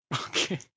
Okay